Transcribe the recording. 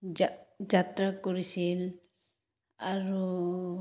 যাত্ৰা কৰিছিল আৰু